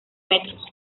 metros